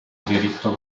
diritto